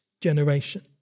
generation